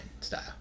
style